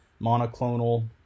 monoclonal